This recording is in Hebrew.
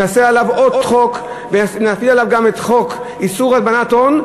נעשה עליו עוד חוק ונפעיל עליו גם את חוק איסור הלבנת הון,